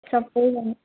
सबैजना